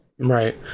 Right